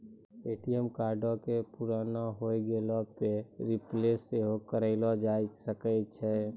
ATM कार्डो के पुराना होय गेला पे रिप्लेस सेहो करैलो जाय सकै छै